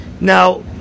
Now